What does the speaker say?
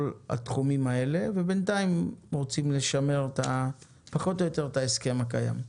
התחומים האלה ובינתיים רוצים לשמר פחות או יותר את ההסכם הקיים.